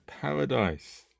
paradise